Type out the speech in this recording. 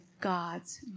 God's